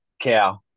Cow